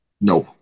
No